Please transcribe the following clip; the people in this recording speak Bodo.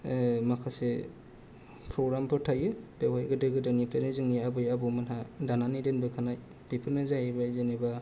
माखासे प्र'ग्रामफोर थायो बेवहाय गोदो गोदायनिफ्रायनो जोंनि आबै आबौ मोनहा दानानै दोनबो खानाय बेफोरनो जाहैबाय जेनेबा